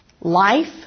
life